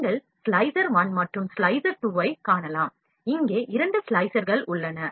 நீங்கள் ஸ்லைசர் 1 மற்றும் ஸ்லைசர் 2 ஐக் காணலாம் இங்கே 2 ஸ்லைஸர்கள் உள்ளன